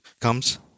comes